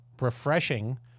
refreshing